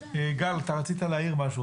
גל, אתה רציתי להעיר משהו.